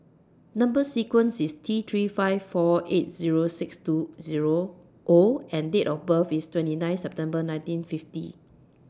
Number sequence IS T three five four eight Zero six two O and Date of birth IS twenty nine September nineteen fifty